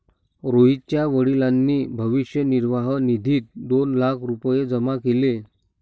रोहितच्या वडिलांनी भविष्य निर्वाह निधीत दोन लाख रुपये जमा केले